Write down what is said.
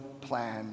plan